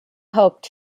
hoped